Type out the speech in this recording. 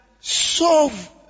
solve